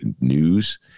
news